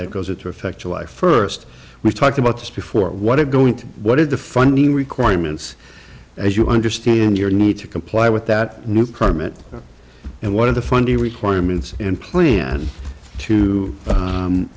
that goes into effect july first we talked about this before what is going to what is the funding requirements as you understand your need to comply with that new carmen and one of the funding requirements and plan to